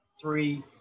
three